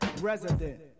resident